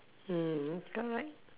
mm correct